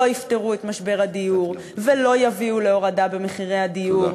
לא יפתרו את משבר הדיור ולא יביאו להורדה במחירי הדיור.